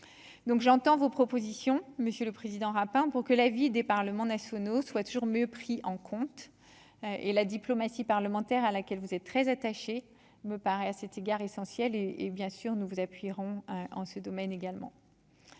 j'entends vos propositions Monsieur le Président Rapin pour que la vie des parlements nationaux soient toujours mieux pris en compte et la diplomatie parlementaire à laquelle vous êtes très attaché, me paraît à cet égard, et, et, bien sûr, nous vous appuierons en ce domaine également